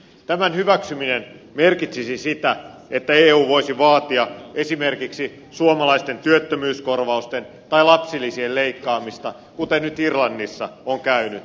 tämän hyväksyminen merkitsisi sitä että eu voisi vaatia esimerkiksi suomalaisten työttömyyskorvausten tai lapsilisien leikkaamista kuten nyt irlannissa on käynyt